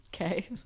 Okay